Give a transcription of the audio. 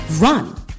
run